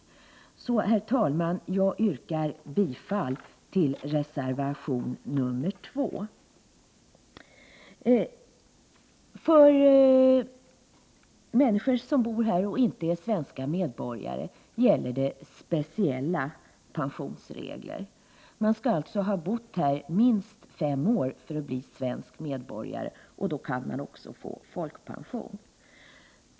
Därför, herr talman, yrkar jag bifall till reservation 2. För människor som bor här och inte är svenska medborgare gäller speciella pensionsregler. Man skall alltså ha bott minst fem år här för att bli svensk medborgare. Då kan man också få folkpension.